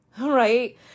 right